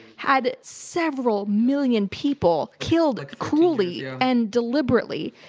had several million people killed cruelly yeah and deliberately.